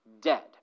dead